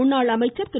முன்னாள் அமைச்சர் திரு